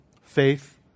Faith